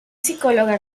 psicóloga